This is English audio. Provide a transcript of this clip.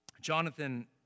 Jonathan